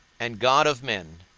and god of men,